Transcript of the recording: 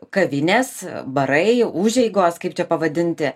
kavinės barai užeigos kaip čia pavadinti